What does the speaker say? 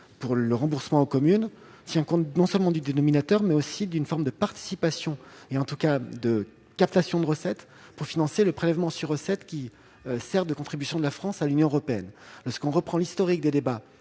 pour le remboursement aux communes tient compte non seulement du dénominateur, mais aussi d'une forme de captation de recettes pour financer le prélèvement sur recettes qui sert de contribution de la France à l'Union européenne. Historiquement, dans les débats